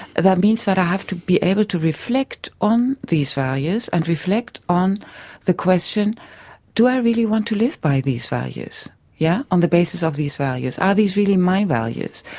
that means that i have to be able to reflect on these values and reflect on the question do i really want to live by these values yeah on the basis of these values? are these really my values?